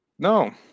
No